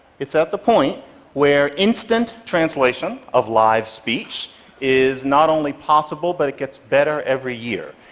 it's at the point where instant translation of live speech is not only possible, but it gets better every year.